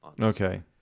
Okay